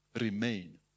remain